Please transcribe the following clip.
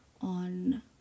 on